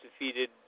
defeated